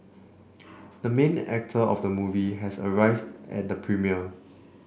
the main actor of the movie has arrived at the premiere